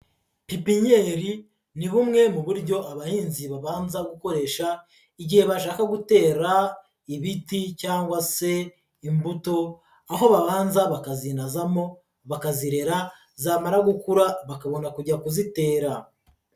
Pipinyeri ni bumwe mu buryo abahinzi babanza gukoresha igihe bashaka gutera ibiti cyangwa se imbuto, aho babanza bakazinazamo, bakazirera, zamara gukura bakabona kujya kuzitera.